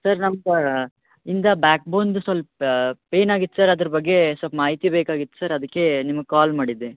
sir ನಮ್ಮ ಹಿಂದ back ಬೋನ್ದು ಸ್ವಲ್ಪ ಪೇನ್ ಆಗಿತ್ತು ಸರ್ ಅದ್ರ ಬಗ್ಗೆ ಸ್ವಲ್ಪ್ ಮಾಹಿತಿ ಬೇಕಾಗಿತ್ತು ಸರ್ ಅದಕ್ಕೆ ನಿಮ್ಗೆ ಕಾಲ್ ಮಾಡಿದ್ದೆ